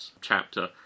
chapter